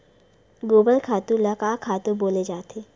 गोबर खातु ल का खातु बोले जाथे?